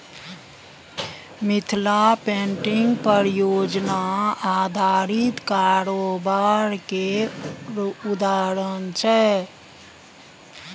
Mithila painting परियोजना आधारित कारोबार केर उदाहरण छै